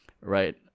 Right